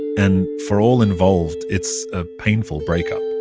and for all involved, it's a painful breakup